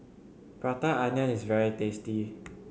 Prata Onion is very tasty